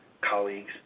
colleagues